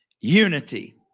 Unity